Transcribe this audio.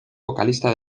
vocalista